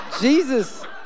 Jesus